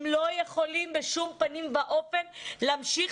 הם לא יכולים בשום פנים ואופן להמשיך